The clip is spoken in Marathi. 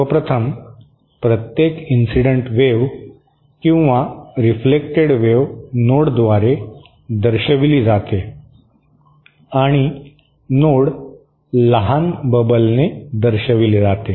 सर्व प्रथम प्रत्येक इन्सिडेंट वेव्ह किंवा रिफ्लेक्टड वेव्ह नोडद्वारे दर्शविली जाते आणि नोड लहान बबलने दर्शविली जाते